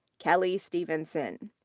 kelly stephenson.